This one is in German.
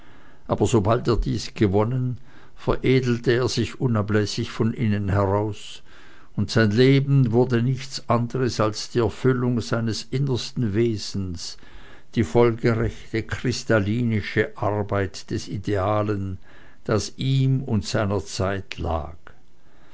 aber sobald er dies gewonnen veredelte er sich unablässig von innen heraus und sein leben wurde nichts anderes als die erfüllung seines innersten wesens die folgerechte kristallinische arbeit des idealen das in ihm und seiner zeit lag